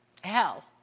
Hell